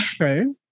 okay